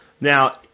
Now